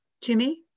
Jimmy